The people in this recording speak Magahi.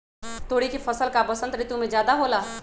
तोरी के फसल का बसंत ऋतु में ज्यादा होला?